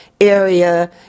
area